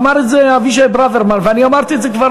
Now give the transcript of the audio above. אמר את זה אבישי ברוורמן ואני אמרתי את זה כבר